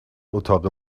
اتاق